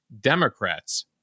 Democrats